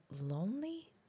Lonely